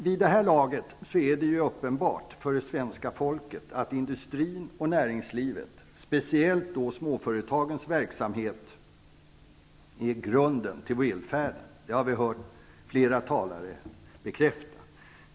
Vid det här laget är det uppenbart för det svenska folket att industrin och näringslivet -- speciellt småföretagens verksamhet -- är grunden till välfärden. Det har vi hört flera talare bekräfta.